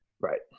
Right